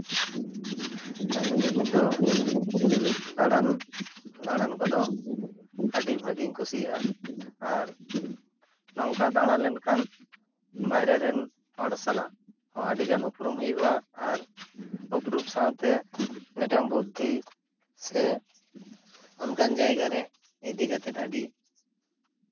ᱛᱮᱦᱮᱧᱫᱚ ᱫᱟᱬᱟᱱ ᱫᱟᱬᱟᱱ ᱠᱚᱫᱚ ᱟᱹᱰᱤ ᱵᱷᱟᱹᱜᱤᱧ ᱠᱩᱥᱤᱭᱟᱜᱼᱟ ᱟᱨ ᱱᱚᱝᱠᱟ ᱫᱟᱬᱟ ᱞᱮᱱᱠᱷᱟᱱ ᱵᱟᱭᱨᱮ ᱨᱮᱱ ᱦᱚᱲ ᱥᱟᱞᱟᱜ ᱟᱹᱰᱤᱜᱟᱱ ᱩᱯᱨᱩᱢ ᱦᱩᱭᱩᱜᱼᱟ ᱟᱨ ᱩᱯᱨᱩᱢ ᱥᱟᱶᱛᱮ ᱢᱤᱫᱴᱮᱱ ᱵᱩᱫᱽᱫᱷᱤ ᱥᱮ ᱚᱱᱠᱟᱱ ᱡᱟᱭᱜᱟᱨᱮ ᱤᱫᱤ ᱠᱟᱛᱮᱫ ᱟᱹᱰᱤ